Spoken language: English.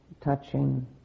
touching